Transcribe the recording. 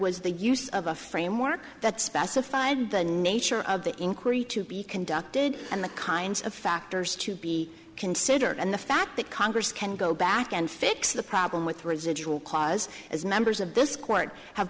was the use of a framework that specified the nature of the inquiry to be conducted and the kinds of factors to be considered and the fact that congress can go back and fix the problem with residual cause as members of this court have